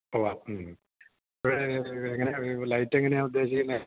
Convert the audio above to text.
ഉവ്വാ മ്മ് എങ്ങനെയാണ് ലൈറ്റെങ്ങനെയാണ് ഉദ്ദേശിക്കുന്നത്